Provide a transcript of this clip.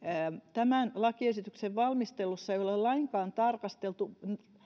tämän lakiesityksen valmistelussa ei ole lainkaan tarkasteltu